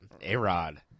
A-Rod